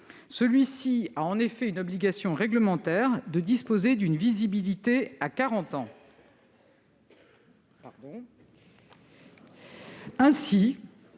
Celui-ci a en effet une obligation réglementaire de disposer d'une visibilité à quarante